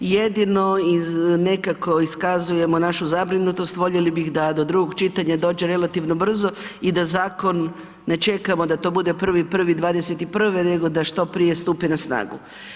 Jedino nekako iskazujemo našu zabrinutost, voljeli bih da do drugog čitanja dođe relativno brzo i da zakon ne čekamo, da to bude 1.1.'21. nego da što prije stupi na snagu.